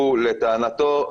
לטענתו,